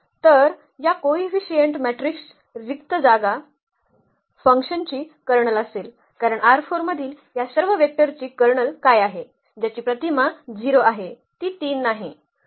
तर या कोइफिसिएंट मॅट्रिक्सची रिक्त जागा F ची कर्नल असेल कारण मधील या सर्व वेक्टरची कर्नल काय आहे ज्याची प्रतिमा 0 आहे ती 3 नाही